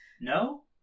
No